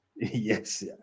Yes